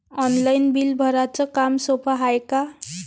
Online bill भराच काम सोपं हाय का?